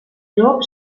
llop